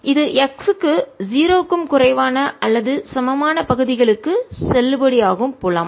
இது x க்கு 0 க்கும் குறைவான அல்லது சமமான பகுதிகளுக்கு செல்லுபடியாகும் புலம்